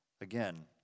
again